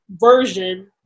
Version